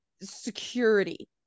security